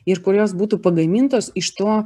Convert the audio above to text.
ir kurios būtų pagamintos iš to